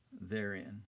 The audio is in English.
therein